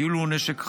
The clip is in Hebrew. כאילו הוא נשק חי.